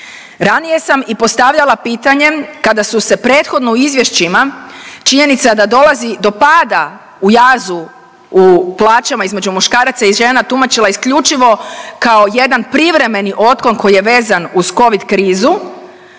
Ranije sam i postavljala pitanje, kada su se prethodno u izvješćima, činjenica da dolazi do pada u jazu u plaćama između muškaraca i žena, tumačila isključivo kao jedan privremeni otklon koji je vezan uz Covid krizu,